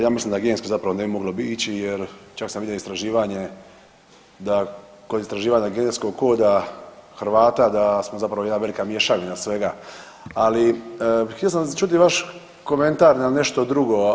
Ja mislim da gensko zapravo ne bi moglo ići jer čak sam vidio istraživanje, da kod istraživanja genskog koda Hrvata da smo zapravo jedna velika mješavina svega, ali htio sam čuti vaš komentar na nešto drugo.